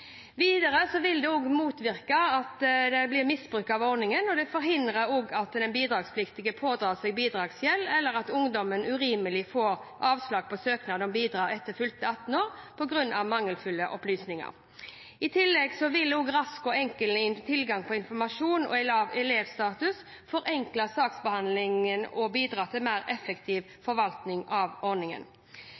vil det også motvirke at det blir misbruk av ordningen, forhindre at den bidragspliktige pådrar seg bidragsgjeld eller at ungdommen urimelig får avslag på søknad om bidrag etter fylte 18 år på grunn av mangelfulle opplysninger. I tillegg vil rask og enkel tilgang på informasjon om elevstatus forenkle saksbehandlingen og bidra til mer effektiv forvaltning av ordningen.